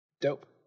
Dope